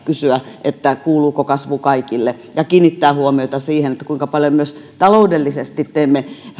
kysyä kuuluuko kasvu kaikille ja kiinnittää huomiota siihen kuinka paljon myös taloudellisesti teemme